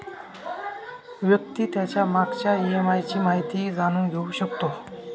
व्यक्ती त्याच्या मागच्या ई.एम.आय ची माहिती जाणून घेऊ शकतो